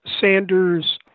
Sanders